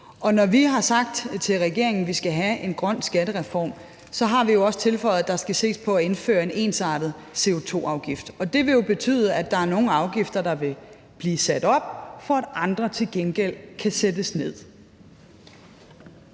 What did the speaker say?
Og når vi har sagt til regeringen, at vi skal have en grøn skattereform, har vi jo også tilføjet, at der skal ses på at indføre en ensartet CO2-afgift. Det vil jo betyde, at der er nogle afgifter, der vil blive sat op, for at andre til gengæld kan sættes ned.